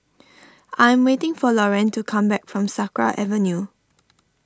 I am waiting for Lorayne to come back from Sakra Avenue